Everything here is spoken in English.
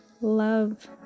love